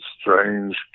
Strange